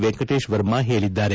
ವೆಂಕಟೇಶ್ವರ್ಮಾ ಹೇಳಿದ್ದಾರೆ